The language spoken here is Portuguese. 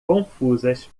confusas